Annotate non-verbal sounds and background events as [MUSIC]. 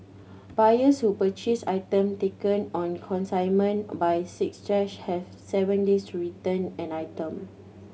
buyers who purchase item taken on consignment by six [UNINTELLIGIBLE] have seven days to return and item